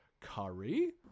curry